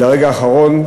ברגע האחרון,